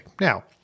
Now